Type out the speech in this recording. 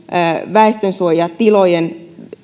väestönsuojatilojen